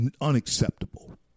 unacceptable